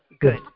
good